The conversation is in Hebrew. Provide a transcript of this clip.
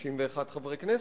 61 חברי כנסת,